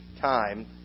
time